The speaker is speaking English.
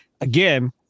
again